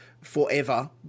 forever